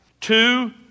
Two